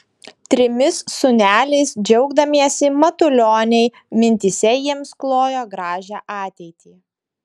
trimis sūneliais džiaugdamiesi matulioniai mintyse jiems klojo gražią ateitį